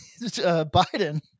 Biden